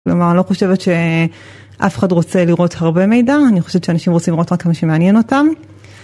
כלומר, אני לא חושבת שאף אחד רוצה לראות הרבה מידע, אני חושבת שאנשים רוצים לראות רק מה שמעניין אותם.